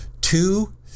Two